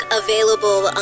available